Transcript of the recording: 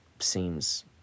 seems